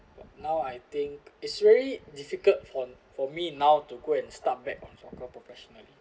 but now I think it's very difficult for for me now to go and start back on soccer professionally